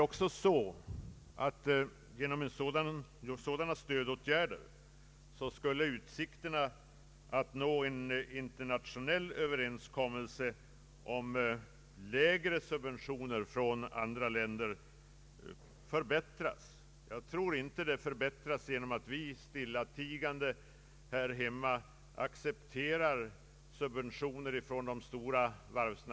Genom sådana stödåtgärder till de svenska varven skulle utsikterna att nå en internationell överenskommelse om ett avskaffande av de statliga ränte subventionerna förbättras.